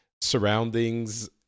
surroundings